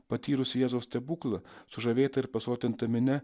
patyrusi jėzaus stebuklą sužavėta ir pasotinta minia